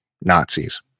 Nazis